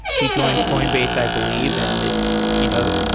he joined coinbase, i believe, and it's you know